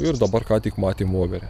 ir dabar ką tik matėm voverę